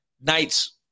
nights